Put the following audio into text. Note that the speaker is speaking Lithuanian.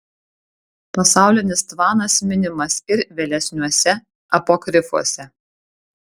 pasaulinis tvanas minimas ir vėlesniuose apokrifuose